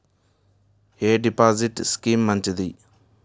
ఎ deposit scheme మంచిది?